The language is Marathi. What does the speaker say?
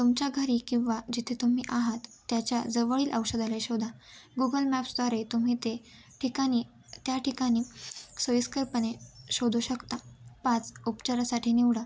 तुमच्या घरी किंवा जिथे तुम्ही आहात त्याच्या जवळील औषधालय शोधा गुगल मॅप्स द्वारे तुम्ही ते ठिकानी त्या ठिकाणी सोयीस्करपणे शोधू शकता पाच उपचारासाठी निवडा